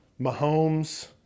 Mahomes